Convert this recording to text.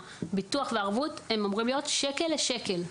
הביטוח והערבות אמורים להיות שקל לשקל.